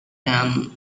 can